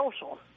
social